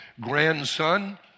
grandson